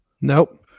Nope